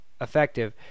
effective